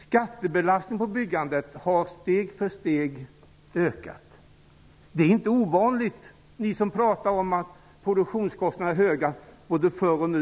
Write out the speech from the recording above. Skattebelastningen på byggandet har steg för steg ökat. Ni pratar om att produktionskostnaderna har varit höga både förr och nu.